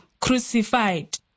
crucified